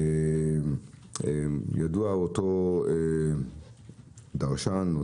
ידוע אותו דרשן,